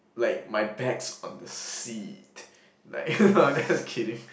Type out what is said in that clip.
like my bag's on the seat like just kidding